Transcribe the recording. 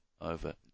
over